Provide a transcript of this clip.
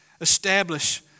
establish